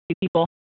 people